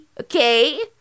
Okay